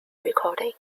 recording